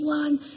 one